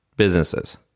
businesses